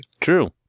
True